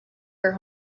her